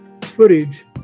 footage